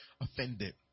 offended